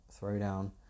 throwdown